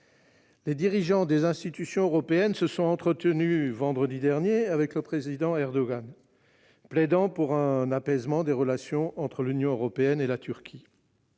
Les dirigeants des institutions européennes se sont entretenus vendredi dernier avec le président Erdogan, plaidant pour un apaisement des relations entre l'Union européenne et son pays.